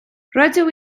rydw